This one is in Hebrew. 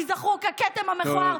תיזכרו ככתם המכוער,